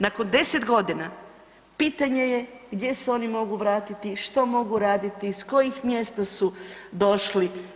Nakon 10.g. pitanje je gdje se oni mogu vratiti, što mogu raditi, s kojih mjesta su došli.